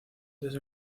desde